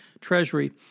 Treasury